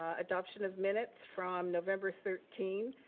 ah adoption of minutes from november thirteen,